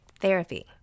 therapy